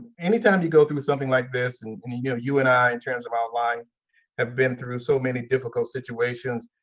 anytime you go through something like this and you know you and i in terms of our life have been through so many difficult situations,